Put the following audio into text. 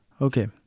Okay